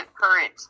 current